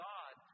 God